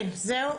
זהו?